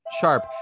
Sharp